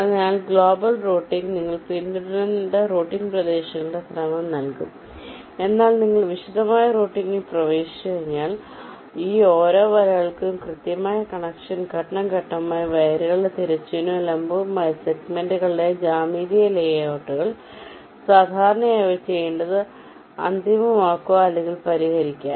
അതിനാൽ global routing നിങ്ങൾക്ക് പിന്തുടരേണ്ട റൂട്ടിംഗ് പ്രദേശങ്ങളുടെ ക്രമം നൽകും എന്നാൽ നിങ്ങൾ വിശദമായ റൂട്ടിംഗിൽ പ്രവേശിച്ചുകഴിഞ്ഞാൽ ഈ ഓരോ വലകൾക്കും കൃത്യമായ കണക്ഷൻ ഘട്ടം ഘട്ടമായി വയറുകളുടെ തിരശ്ചീനവും ലംബവുമായ സെഗ്മെന്റുകളുടെ ജ്യാമിതീയ ലേഔട്ടുകൾ സാധാരണയായി അവ ചെയ്യേണ്ടത് അന്തിമമാക്കുക അല്ലെങ്കിൽ പരിഹരിക്കുക